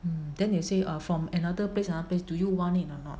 mm then they say ah from another place !huh! they give you want it or not